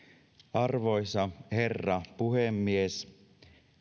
arvoisa herra puhemies